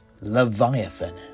Leviathan